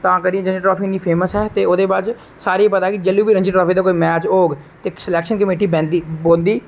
तां करियै राॅजी ट्राफी इन्नी फेमस ऐ ते ओहदे बाद च सारें गी पता के जिसलै बी राॅजी ट्राफी दा कोई मैच होग ते इक स्लेक्शन कमेटी बौहंदी